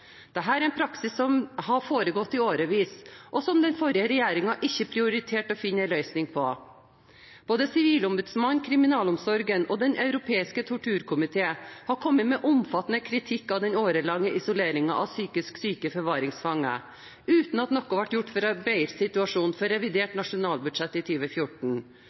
er en praksis som har foregått i årevis, og som den forrige regjeringen ikke prioriterte å finne en løsning på. Både Sivilombudsmannen, kriminalomsorgen og Den europeiske torturkomité har kommet med omfattende kritikk av den årelange isoleringen av psykisk syke forvaringsfanger, uten at noe er blitt gjort for å bedre situasjonen før revidert nasjonalbudsjett